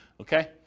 Okay